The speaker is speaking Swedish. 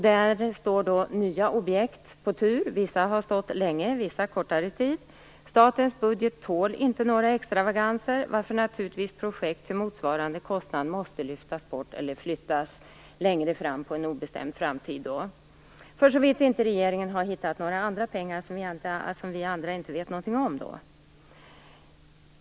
Där står nya objekt på tur. Vissa har stått på tur länge, andra en kortare tid. Statens budget tål inte några extravaganser, varför naturligtvis projekt för motsvarande kostnad måste lyftas bort eller flyttas på en obestämd framtid - såvida inte regeringen har hittat några andra pengar som vi andra inte vet något om.